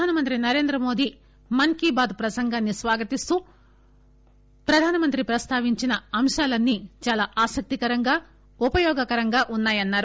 ప్రధానమంత్రి నరేంద్రమోదీ మస్ కీ బాత్ ప్రసంగాన్ని స్వాగతిస్తూ ప్రధానమంత్రి ప్రస్తావించిన అంశాలన్ని చాలా ఆసక్తికరంగా ఉపయోగకరంగా ఉన్నాయన్నారు